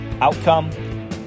outcome